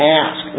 ask